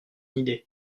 idée